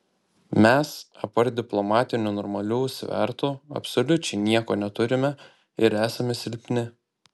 mes apart diplomatinių normalių svertų absoliučiai nieko neturime ir esame silpni